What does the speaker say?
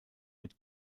mit